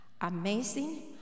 Amazing